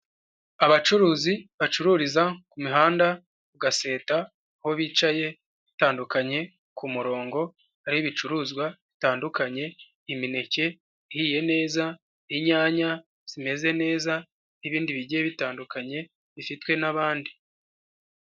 Abacuruzi bacururiza ku mihanda ku gaseta, aho bicaye bitandukanye ku murongo, hari ibicuruzwa bitandukanye imineke ihiye neza, inyanya zimeze neza n'ibindi bigiye bitandukanye bifitwe n'abandi.